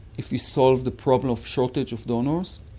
if we solve the problem of shortage of donors.